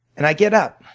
and i get up